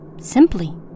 simply